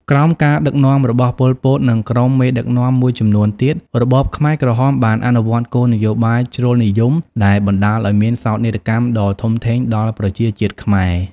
ក្រោមការដឹកនាំរបស់ ប៉ុល ពត និងក្រុមមេដឹកនាំមួយចំនួនទៀត របបខ្មែរក្រហមបានអនុវត្តគោលនយោបាយជ្រុលនិយមដែលបណ្ដាលឲ្យមានសោកនាដកម្មដ៏ធំធេងដល់ប្រជាជាតិខ្មែរ។